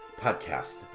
podcast